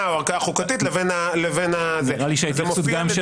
או הערכאה החוקתית --- נראה לי שההתייחסות גם של